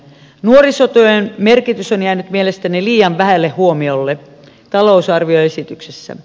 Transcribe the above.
nuorisotyön merkitys on jäänyt mielestäni liian vähälle huomiolle talousarvioesityksessä